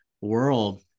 world